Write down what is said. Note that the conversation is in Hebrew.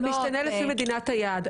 זה משתנה לפי מדינת היעד.